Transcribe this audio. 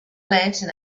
lantern